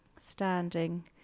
standing